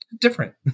different